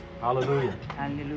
Hallelujah